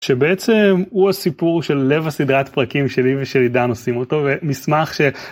שבעצם הוא הסיפור של לב הסדרת פרקים שלי ושל עידן עושים אותו ונשמח ש...